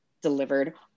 delivered